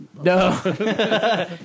No